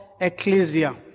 Ecclesia